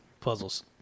puzzles